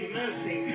mercy